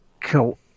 Cool